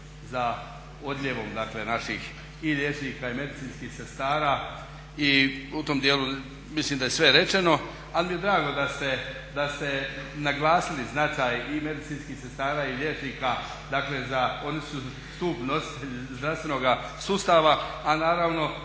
za odljevom dakle naših i liječnika i medicinskih sestara i u tom dijelu mislim da je sve rečeno. Ali mi je drago da ste naglasili značaj i medicinskih sestara i liječnika, dakle oni su stup nositelj zdravstvenoga sustava, a naravno